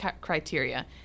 criteria